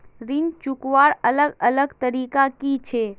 ऋण चुकवार अलग अलग तरीका कि छे?